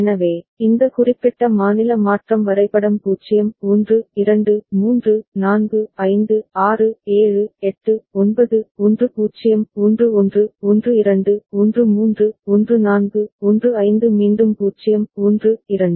எனவே இந்த குறிப்பிட்ட மாநில மாற்றம் வரைபடம் 0 1 2 3 4 5 6 7 8 9 10 11 12 13 14 15 மீண்டும் 0 1 2